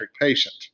patient